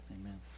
amen